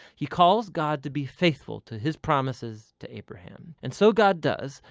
he calls god to be faithful to his promises to abraham. and so god does,